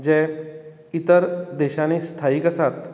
जे इतर देशांनी स्थायीक आसात